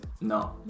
No